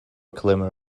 glimmer